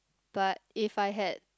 but if I had